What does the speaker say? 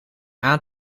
aan